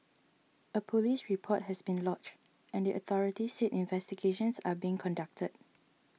a police report has been lodged and the authorities said investigations are being conducted